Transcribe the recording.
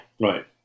right